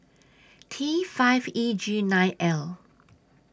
T five E G nine L